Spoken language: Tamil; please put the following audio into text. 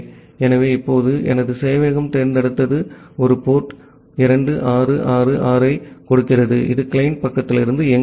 ஆகவே இப்போது எனது சேவையகம் தேர்ந்தெடுத்து ஒரு போர்ட் 2666 ஐக் கொடுக்கிறது இது கிளையன்ட் பக்கத்திலிருந்து இயங்குகிறது